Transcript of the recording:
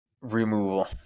removal